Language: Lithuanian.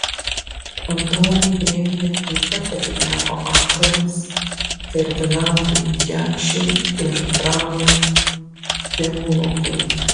antroji premija taip pat atiteko aktoriams ferdinandui jakšiui ir pranui piaulokui